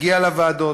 נגיע לוועדות,